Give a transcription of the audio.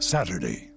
Saturday